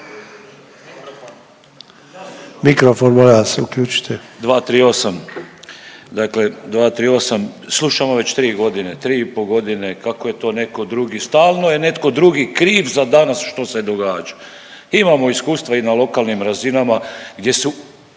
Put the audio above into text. Mikrofon molim vas uključite.